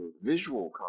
visual